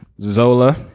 Zola